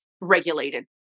regulated